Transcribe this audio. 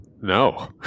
No